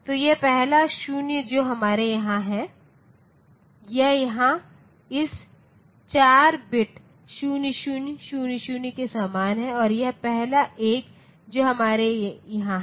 तो यह पहला 0 जो हमारे यहाँ है यह यहाँ इस 4 बिट 0000 के समान है और यह पहला 1 जो हमारे यहाँ है